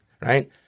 Right